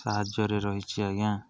ସାହାଯ୍ୟରେ ରହିଛି ଆଜ୍ଞା